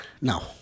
No